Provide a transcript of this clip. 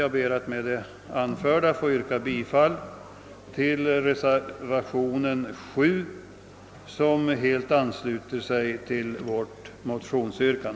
Med det anförda ber jag att få yrka bifall till reservationen 7, som helt ansluter sig till vårt motionsyrkande.